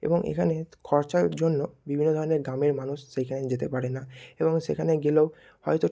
এবং এখানে খরচার জন্য বিভিন্ন ধরনের গ্রামের মানুষ সেইখানে যেতে পারে না এবং সেখানে গেলেও হয়তো